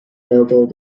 noble